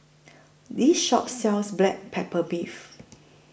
This Shop sells Black Pepper Beef